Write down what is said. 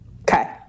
Okay